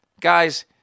Guys